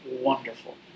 wonderful